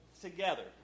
together